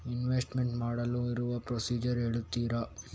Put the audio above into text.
Investment ಮಾಡಲು ಇರುವ procedure ಹೇಳ್ತೀರಾ?